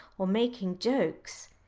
or making jokes.